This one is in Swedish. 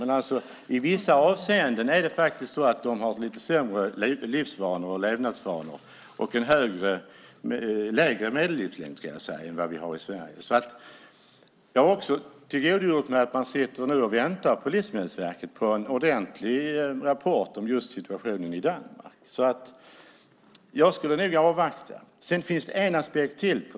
Men i vissa avseenden har man lite sämre levnadsvanor och en lägre medellivslängd än vad vi har i Sverige. Jag har också tillgodogjort mig att man nu sitter och väntar på Livsmedelsverket på en ordentlig rapport om just situationen i Danmark. Jag skulle nog avvakta. Sedan finns det en aspekt till.